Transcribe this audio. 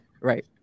Right